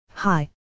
Hi